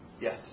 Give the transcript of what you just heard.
Yes